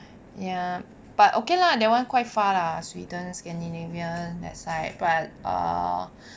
ya but okay lah that one quite far lah sweden scandinavian that side but uh